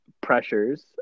pressures